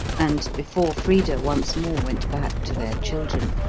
and before frida once more went back to their children.